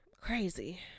Crazy